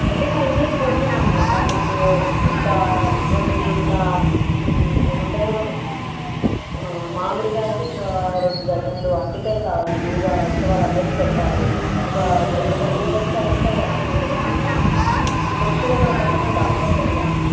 అయితే మా ఇంట్లో పూజ ఉంది అన్నమాట మాకు ఒక రెండు కేజీల ఏమంటారు మామిడి కాయలు ఇంకా రెండు డజన్లు అరటి కాయలు కావాలి పూజా ఉత్సవాలు అందరికి పెట్టాలి ఒక ఒక రోజు అంతా ఉంటాయా నిలువ అంటే ఫ్రెష్షుగా బాగా ప్యాక్ చేస్తాం లేమ్మ